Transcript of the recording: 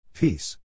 Peace